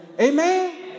Amen